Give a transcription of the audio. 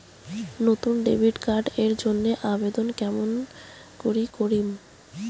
নতুন debit card এর জন্যে আবেদন কেমন করি করিম?